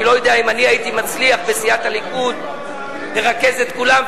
אני לא יודע אם אני הייתי מצליח בסיעת הליכוד לרכז את כולם,